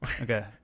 Okay